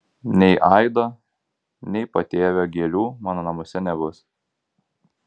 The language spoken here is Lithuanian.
nei aido nei patėvio gėlių mano namuose nebus